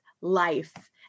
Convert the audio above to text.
life